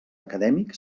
acadèmic